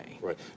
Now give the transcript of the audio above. Right